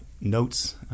notes